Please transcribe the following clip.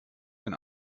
den